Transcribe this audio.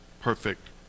perfect